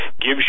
gives